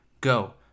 go